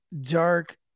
dark